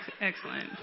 excellent